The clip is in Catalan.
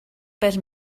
pes